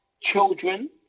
children